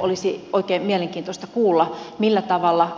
olisi oikein mielenkiintoista kuulla millä tavalla